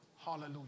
Hallelujah